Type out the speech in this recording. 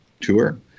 tour